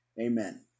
Amen